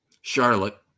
Charlotte